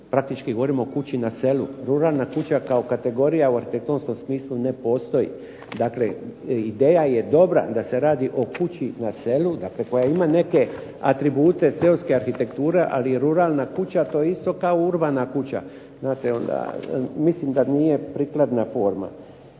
praktički govorim o kući na selu. Ruralna kuća kao kategorija u arhitektonskom smislu ne postoji. Dakle ideja je dobra da se radi o kući na selu, dakle koja ima neke atribute seoske arhitekture ali je ruralna kuća. To je isto kao urbana kuća. Znate onda mislim da nije prikladna forma.